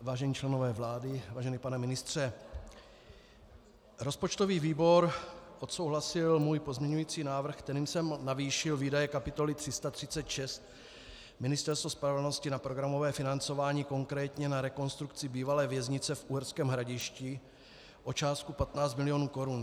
Vážení členové vlády, vážený pane ministře, rozpočtový výbor odsouhlasil můj pozměňovací návrh, kterým jsem navýšil výdaje kapitoly 336 Ministerstvo spravedlnosti na programové financování, konkrétně na rekonstrukci bývalé věznice v Uherském Hradišti, o částku 15 milionů korun.